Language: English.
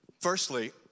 Firstly